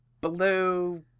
blue